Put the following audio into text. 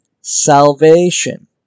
salvation